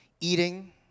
eating